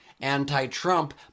anti-Trump